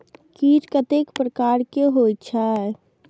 कीट कतेक प्रकार के होई छै?